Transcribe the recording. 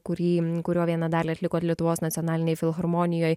kurį kurio vieną dalį atlikot lietuvos nacionalinėj filharmonijoj